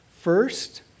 First